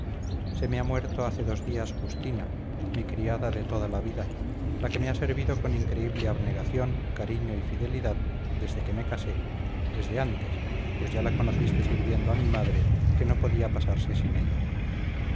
se me ha muerto hace dos días justina mi criada de toda la vida la que me ha servido con increíble abnegación cariño y fidelidad desde que me casé desde antes pues ya la conociste sirviendo a mi madre que no podía pasarse sin ella